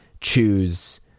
choose